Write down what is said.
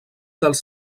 dels